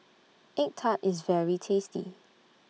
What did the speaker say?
Egg Tart IS very tasty